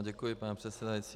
Děkuji, pane předsedající.